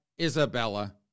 Isabella